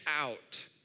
out